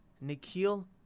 Nikhil